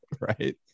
right